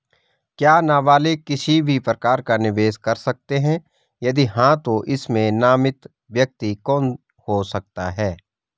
क्या नबालिग किसी भी प्रकार का निवेश कर सकते हैं यदि हाँ तो इसमें नामित व्यक्ति कौन हो सकता हैं?